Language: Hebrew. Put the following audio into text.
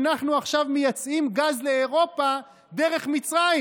אנחנו עכשיו מייצאים גז לאירופה דרך מצרים.